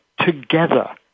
together